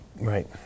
Right